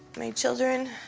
my children